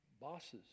bosses